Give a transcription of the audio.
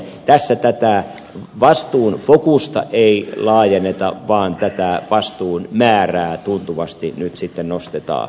tässä tätä vastuun fokusta ei laajenneta vaan tätä vastuun määrää tuntuvasti nyt sitten nostetaan